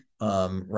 Right